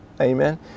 Amen